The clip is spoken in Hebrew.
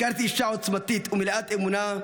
הכרתי אישה עוצמתית ומלאת אמונה,